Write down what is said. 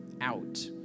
out